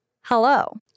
Hello